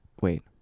Wait